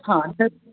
हां तर